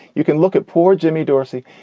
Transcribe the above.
you can look at poor jimmy dorsey.